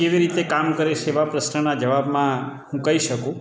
કેવી રીતે કામ કરે છે એવા પ્રશ્નના જવાબમાં હું કહી શકું